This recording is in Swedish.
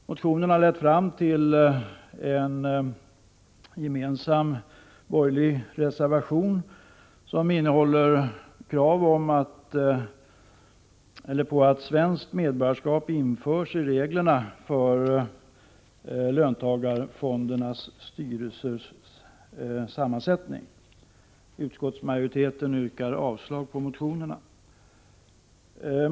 Motionerna har lett fram till en gemensam borgerlig reservation, i vilken det krävs att man i reglerna för löntagarfondsstyrelsernas sammansättning skall införa krav på svenskt medborgarskap. Utskottsmajoriteten yrkar avslag på motionerna.